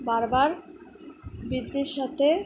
বারবার বৃদ্ধির সাথে